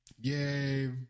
Yay